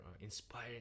inspired